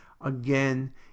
Again